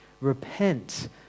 repent